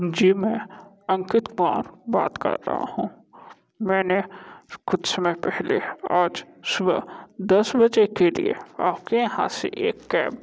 जी मैं अंकित कुमार बात कर रहा हूँ मैंने कुछ समय पहले आज सुबह दस बजे के लिए आपके यहाँ से एक कैब